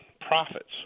profits